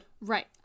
Right